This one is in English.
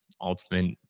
ultimate